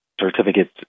certificates